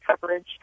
coverage